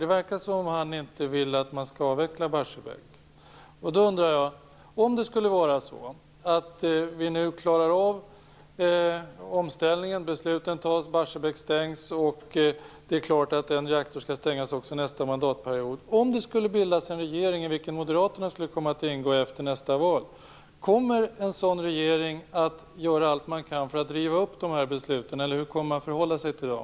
Det verkar som om han inte vill att Om vi nu skulle klara av omställningen, besluten fattas, Barsebäck stängs och det blir klart att en reaktor skall stängas också nästa mandatperiod och det skulle bildas en regering i vilken Moderaterna skulle komma att ingå efter nästa val, kommer då en sådan regering att göra allt man kan för att riva upp besluten, eller hur kommer man att förhålla sig till dem?